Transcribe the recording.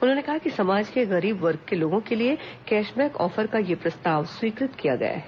उन्होंने कहा कि समाज के गरीब वर्ग के लोगों के लिए कैश बैक ऑफर का यह प्रस्ताव स्वीकृत किया गया है